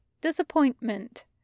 disappointment